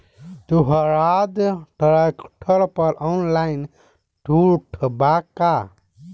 सोहराज tractor पर online छूट बा का?